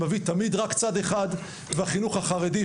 שמביא תמיד רק צד אחד והחינוך החרדי,